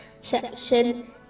section